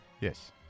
Yes